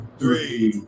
three